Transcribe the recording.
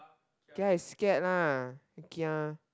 gia is scared lah gia